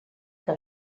que